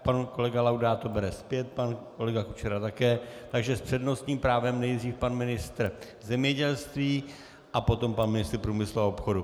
Pan kolega Laudát to bere zpět, pan kolega Kučera také, takže s přednostním právem nejdříve pan ministr zemědělství a potom pan ministr průmyslu a obchodu.